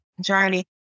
journey